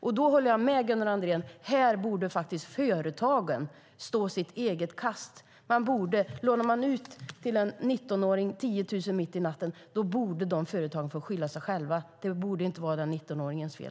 Jag håller därför med Gunnar Andrén om att här borde faktiskt företagen stå sitt eget kast. Lånar de ut till en 19-åring 10 000 mitt i natten borde de få skylla sig själva. Det borde inte vara 19-åringens fel.